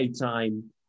time